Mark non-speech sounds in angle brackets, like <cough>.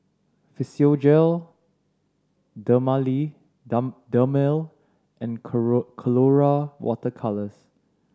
Physiogel <unintelligible> Dermale and <unintelligible> Colora Water Colours